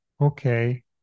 okay